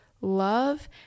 love